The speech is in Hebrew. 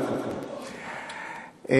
"גינדי" כן, זה נכון, זה נכון, "גינדי" נפלה.